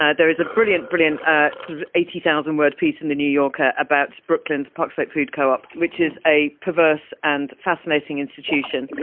ah there is a brilliant, brilliant ah sort of eighty thousand word piece in the new yorker about brooklyn's park slope food co-op, which is a perverse and fascinating institution.